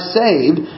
saved